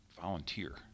volunteer